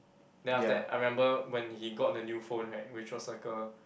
then after that I remember when he got the new phone right which was like a